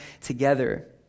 together